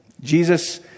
Jesus